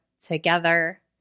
together